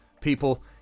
people